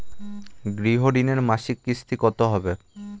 গৃহ ঋণের মাসিক কিস্তি কত হবে?